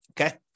Okay